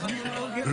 מאות עובדים.